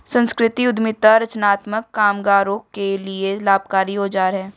संस्कृति उद्यमिता रचनात्मक कामगारों के लिए लाभकारी औजार है